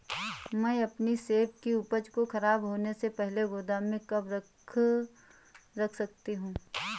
मैं अपनी सेब की उपज को ख़राब होने से पहले गोदाम में कब तक रख सकती हूँ?